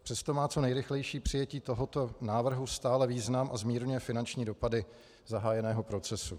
Přesto má co nejrychlejší přijetí tohoto návrhu stále význam a zmírňuje finanční dopady zahájeného procesu.